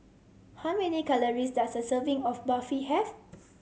how many calories does a serving of Barfi have